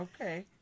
Okay